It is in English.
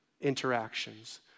interactions